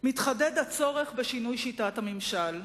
מתחדד הצורך בשינוי שיטת הממשל.